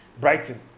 Brighton